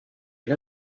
une